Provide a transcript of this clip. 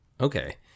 okay